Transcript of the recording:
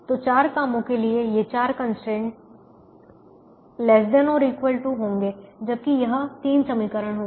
तो 4 कामो के लिए ये चार कंस्ट्रेंट ≤ से कम या के बराबर होंगे जबकि यह 3 समीकरण होंगे